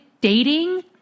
dating